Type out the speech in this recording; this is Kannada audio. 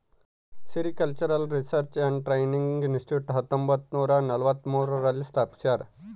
sericultural research and training institute ಹತ್ತೊಂಬತ್ತುನೂರ ನಲವತ್ಮೂರು ರಲ್ಲಿ ಸ್ಥಾಪಿಸ್ಯಾರ